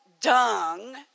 dung